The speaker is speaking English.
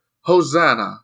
Hosanna